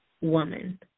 woman